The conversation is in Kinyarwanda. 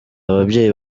ababyeyi